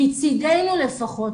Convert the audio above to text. מצדנו לפחות,